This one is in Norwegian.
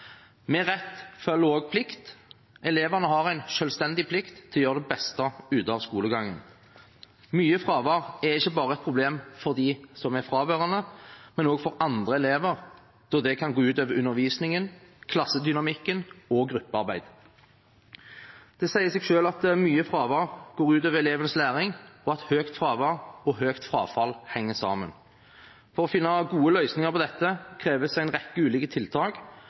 Med rett følger også plikt. Elevene har en selvstendig plikt til å gjøre det beste ut av skolegangen. Mye fravær er et problem ikke bare for dem som er fraværende, men også for andre elever, da det kan gå ut over undervisningen, klassedynamikken og gruppearbeid. Det sier seg selv at mye fravær går ut over elevenes læring, og at høyt fravær og høyt frafall henger sammen. For å finne gode løsninger på dette kreves det en rekke ulike tiltak.